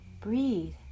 breathe